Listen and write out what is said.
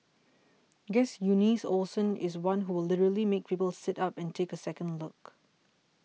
guess Eunice Olsen is one who will literally make people sit up and take a second look